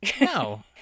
No